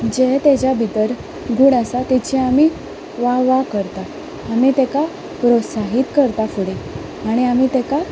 जे ताच्या भितर गूण आसा ताचे आमी वा वा करता आनी तेका प्रोत्साहीत करता फुडें आनी आमी ताका